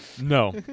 No